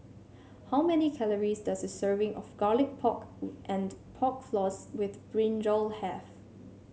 how many calories does a serving of Garlic Pork and Pork Floss with brinjal have